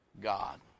God